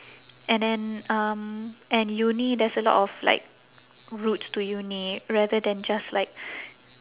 and then um and uni there's a lot of like routes to uni rather than just like